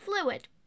fluid